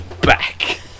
Back